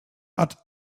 add